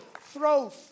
throw